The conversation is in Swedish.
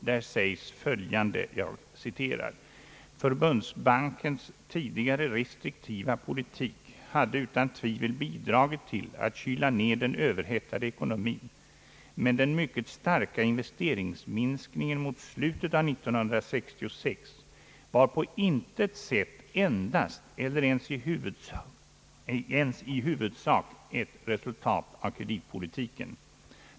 Där sägs följande: »Förbundsbankens tidigare restriktiva politik hade utan tvivel bidragit till att kyla ned den överhettade ekonomin, men den mycket starka investeringsminskningen mot slutet av 1966 var på intet sätt endast eller ens i huvudsak ett resultat av kreditpolitiken.